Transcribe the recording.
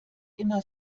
immer